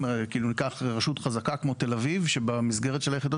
ניקח רשות חזקה כמו תל אביב שבמסגרת של יחידות